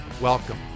Welcome